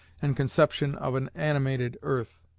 and conception of an animated earth.